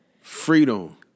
freedom